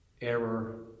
error